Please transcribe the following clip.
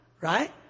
right